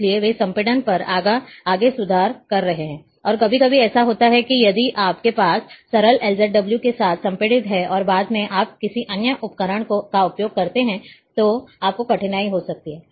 इसलिए वे संपीड़न पर आगे सुधार कर रहे हैं और कभी कभी ऐसा होता है कि यदि आपके पास सरल एलजेडडब्ल्यू के साथ संपीड़ित है और बाद में आप किसी अन्य उपकरण का उपयोग कर रहे हैं तो आपको कठिनाई हो सकती है